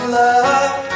love